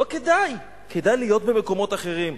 לא כדאי, כדאי להיות במקומות אחרים.